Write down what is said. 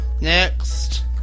Next